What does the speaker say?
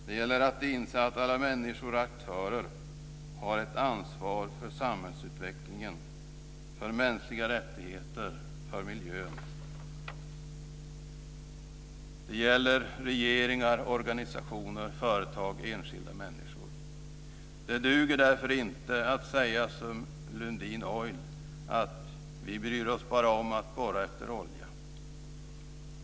Det gäller att inse att alla människor och aktörer har ett ansvar för samhällsutvecklingen, mänskliga rättigheter och miljön. Det gäller regeringar organisationer, företag eller enskilda människor. Det duger därför inte att säga som Lundin Oil, att man bara bryr sig om att borra efter olja.